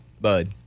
bud